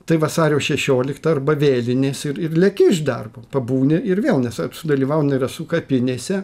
tai vasario šešiolikta arba vėlinės ir ir leki iš darbo pabūni ir vėl nes sudalyvauni rasų kapinėse